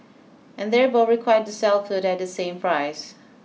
and they're both required to sell food at the same price